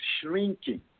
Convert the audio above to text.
shrinking